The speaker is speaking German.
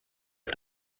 auf